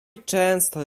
często